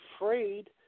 afraid